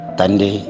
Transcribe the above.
Tandi